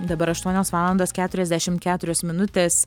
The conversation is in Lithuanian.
dabar aštuonios valandos keturiasdešim keturios minutės